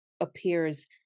appears